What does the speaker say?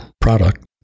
product